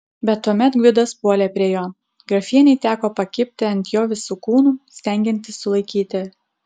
bet tuomet gvidas puolė prie jo grafienei teko pakibti ant jo visu kūnu stengiantis sulaikyti